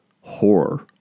horror